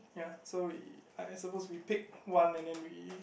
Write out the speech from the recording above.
ya so we I am supposed to pick one and then we